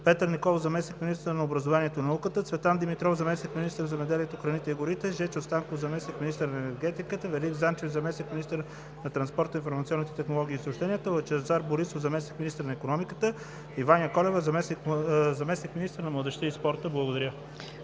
Петър Николов – заместник-министър на образованието и науката; Цветан Димитров – заместник-министър на земеделието, храните и горите; Жечо Станков – заместник-министър на енергетиката; Велик Занчев – заместник-министър на транспорта, информационните технологии и съобщенията; Лъчезар Борисов – заместник-министър на икономиката, и Ваня Колева – заместник министър на младежта и спорта. Благодаря.